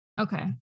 Okay